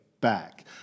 back